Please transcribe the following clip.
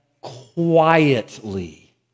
quietly